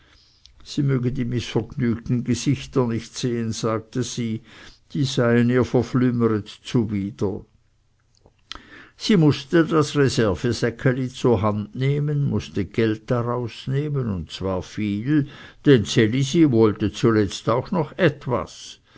sie möge die mißvergnügten gesichter nicht sehen sagte sie die seien ihr verflümeret zuwider sie mußte das reservesäckeli zur hand nehmen mußte geld daraus nehmen und zwar viel denn ds elisi wollte zuletzt auch noch etwas